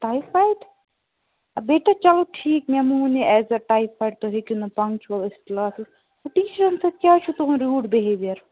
typhoid بیٹا چلو ٹھیٖک مےٚ مون یہِ ایز اَ ٹایفایِڈ تُہۍ ہیٚکِو نہٕ پنگچُووَل ٲسِتھ کلاسس منٛز ٹیٖچرن سۭتۍ کیٛازِ چھُ تُہنٛد ریوٗڈ بِہیوِیر